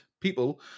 people